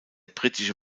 britische